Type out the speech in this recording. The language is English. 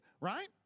Right